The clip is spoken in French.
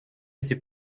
ces